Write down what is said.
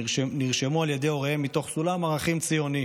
שנרשמו על ידי הוריהם מתוך סולם ערכים ציוני.